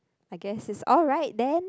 I guess is oh right then